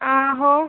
आंहो